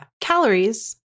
Calories